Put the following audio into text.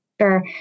Sure